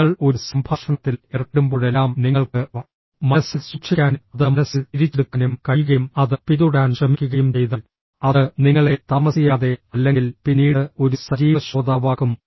നിങ്ങൾ ഒരു സംഭാഷണത്തിൽ ഏർപ്പെടുമ്പോഴെല്ലാം നിങ്ങൾക്ക് മനസ്സിൽ സൂക്ഷിക്കാനും അത് മനസ്സിൽ തിരിച്ചെടുക്കാനും കഴിയുകയും അത് പിന്തുടരാൻ ശ്രമിക്കുകയും ചെയ്താൽ അത് നിങ്ങളെ താമസിയാതെ അല്ലെങ്കിൽ പിന്നീട് ഒരു സജീവ ശ്രോതാവാക്കും